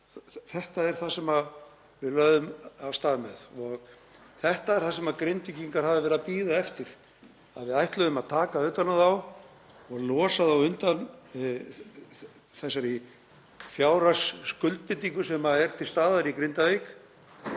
Þetta er það sem við lögðum af stað með og þetta er það sem Grindvíkingar hafa verið að bíða eftir, að við ætluðum að taka utan um þá og losa þá undan þeirri fjárhagsskuldbindingu sem er til staðar í Grindavík